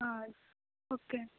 okay